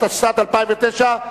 התשס"ט 2009,